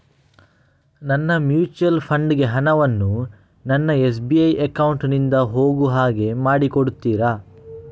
ನನ್ನ mutual fund ಗೆ ಹಣ ವನ್ನು ನನ್ನ ಎಸ್.ಬಿ ಅಕೌಂಟ್ ನಿಂದ ಹೋಗು ಹಾಗೆ ಮಾಡಿಕೊಡುತ್ತೀರಾ?